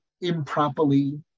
improperly